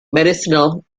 medicinal